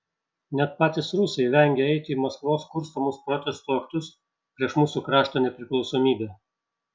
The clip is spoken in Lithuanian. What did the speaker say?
net patys rusai vengia eiti į maskvos kurstomus protestų aktus prieš mūsų krašto nepriklausomybę